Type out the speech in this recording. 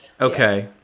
Okay